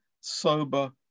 sober